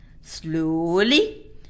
Slowly